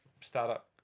startup